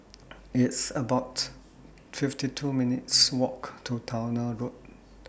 It's about fifty two minutes' Walk to Towner Road